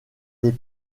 des